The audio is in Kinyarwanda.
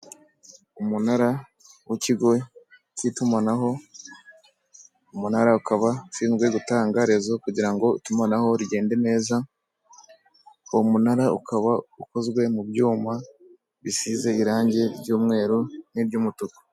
Umunara w'ikigo cy'itumanaho, umunara ukaba ushinzwe gutanga rezo kugira ngo itumanaho rigende neza, uwo munara ukaba ukozwe mu byuma bisize irange ry'umweru n'iry'umutuku.